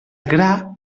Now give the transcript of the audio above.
gra